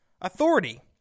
authority